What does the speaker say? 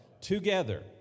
Together